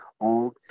old